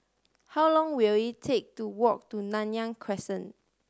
how long will it take to walk to Nanyang Crescent